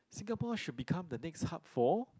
Singapore should become the next hub for